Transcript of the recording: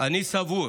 אני סבור